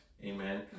Amen